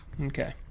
Okay